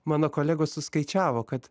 mano kolegos suskaičiavo kad